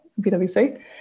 PWC